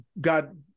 god